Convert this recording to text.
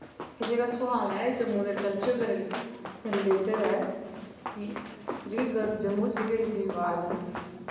एह् जेह्का सोआल ऐ एह् जम्मू दे कल्चर दे रिलेटड ऐ कि जियां जम्मू च जेह्के रीति रिवाज न